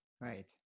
Right